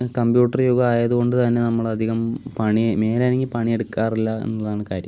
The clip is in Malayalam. കമ്പ്യൂട്ടർ യുഗം ആയത് കൊണ്ട് തന്നെ നമ്മൾ അധികം പണി മേലനങ്ങി പണി എടുക്കാറില്ല എന്നതാണ് കാര്യം